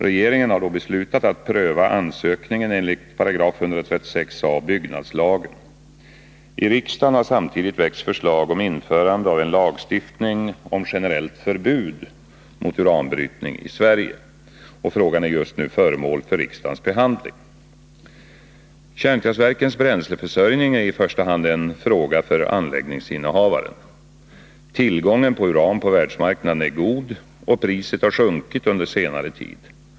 Regeringen har beslutat att pröva ansökningen enligt 136 a § byggnadslagen. I riksdagen har samtidigt väckts förslag om införande av en lagstiftning om generellt förbud mot uranbrytning i Sverige. Frågan är just nu föremål för riksdagens behandling. Kärnkraftverkens bränsleförsörjning är i första hand en fråga för anläggningsinnehavaren. Tillgången på uran på världsmarknaden är god, och priset har sjunkit under senare tid.